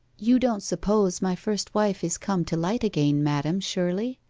you don't suppose my first wife is come to light again, madam, surely?